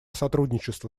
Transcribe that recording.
сотрудничество